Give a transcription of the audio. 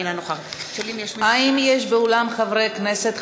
אינה נוכחת האם יש באולם חברי כנסת,